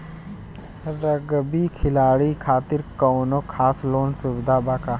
Rugby खिलाड़ी खातिर कौनो खास लोन सुविधा बा का?